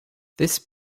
this